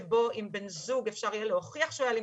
שבו אם אפשר יהיה להוכיח שבן הזוג היה אלים